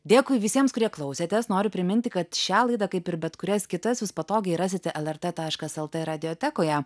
dėkui visiems kurie klausėtės noriu priminti kad šią laidą kaip ir bet kurias kitas jūs patogiai rasite lrt taškas lt radiotekoje